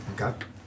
Okay